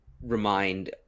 remind